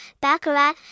Baccarat